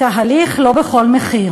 "תהליך לא בכל מחיר.